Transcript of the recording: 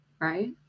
right